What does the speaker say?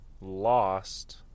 lost